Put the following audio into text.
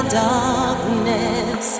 darkness